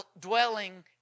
dwelling